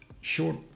short